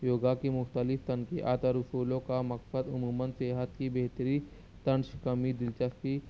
یوگا کے مختلف تنقیات اور اصولوں کا مقصد عموماً صحت کی بہتری تنش کمی دلچسپی